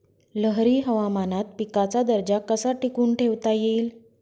लहरी हवामानात पिकाचा दर्जा कसा टिकवून ठेवता येईल?